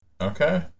Okay